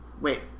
Wait